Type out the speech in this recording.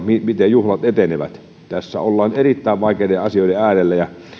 juhlat etenevät tässä ollaan erittäin vaikeiden asioiden äärellä ja